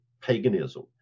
paganism